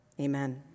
Amen